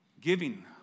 Giving